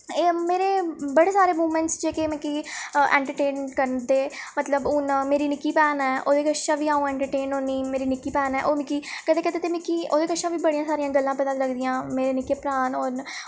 एह् मेरे बड़े सारे मोमेंटस जेह्के मिकी एंटरटेन करदे मतलब हून मेरी निक्की भैन ऐ ओह्दे कशा बी अ'ऊं एंटरटेन होन्नी मेरी निक्की भैन ऐ ओह् मिकी कदें कदें ते मिकी ओह्दे कशा बी बड़ियां सारियां गल्लां पता लगदियां मेरे निक्के भ्रा न ओह् न